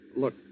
Look